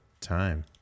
time